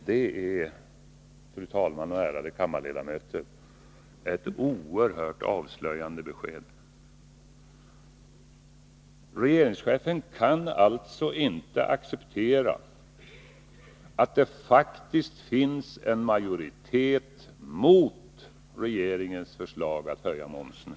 Det är, fru talman och ärade kammarledamöter, ett oerhört avslöjande besked. Regeringschefen kan alltså inte acceptera att det här i kammaren faktiskt finns en majoritet mot regeringens förslag att höja momsen.